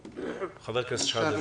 חברת הכנסת שחאדה,